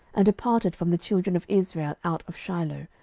departed from the children of israel out of shiloh,